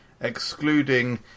excluding